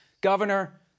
Governor